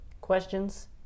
questions